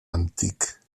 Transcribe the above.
antic